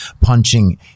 punching